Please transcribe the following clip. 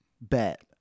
bet